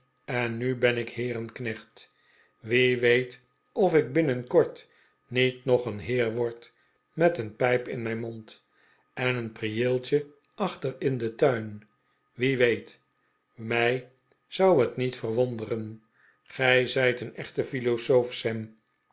en nu ben ik heerenknecht wie weet of ik binnenkort niet nog een heer word met een pijp in mijn mond en een prieeltje achter in den tuin wie weet mij zou het niet verwonderen gij zijt een echte philosoof sam